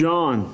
John